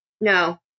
No